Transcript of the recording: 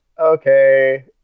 okay